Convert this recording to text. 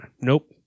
Nope